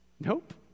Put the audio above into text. Nope